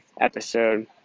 episode